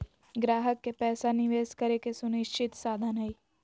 ग्राहक के पैसा निवेश करे के सुनिश्चित साधन हइ